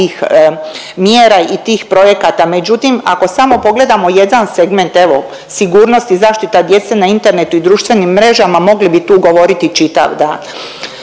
tih mjera i tih projekata, međutim ako samo pogledamo jedan segment, evo sigurnost i zaštita djece na internetu i društvenim mrežama, mogli bi tu govoriti čitav dan.